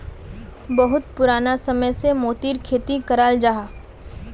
बहुत पुराना समय से मोतिर खेती कराल जाहा